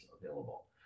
available